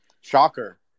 Shocker